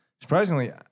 Surprisingly